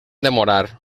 demorar